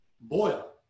boil